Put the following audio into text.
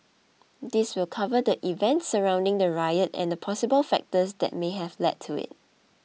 this will cover the events surrounding the riot and the possible factors that may have led to it